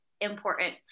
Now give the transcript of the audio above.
important